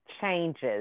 changes